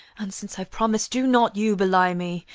and since i've promised, do not you belie me.